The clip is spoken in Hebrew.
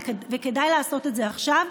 וכדאי לעשות את זה עכשיו,